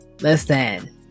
Listen